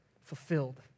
fulfilled